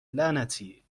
لعنتی